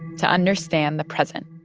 to understand the present